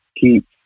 keep